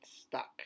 stuck